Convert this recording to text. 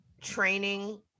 training